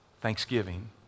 Thanksgiving